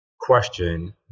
question